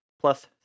Plus